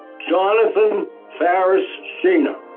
jonathan faris shina.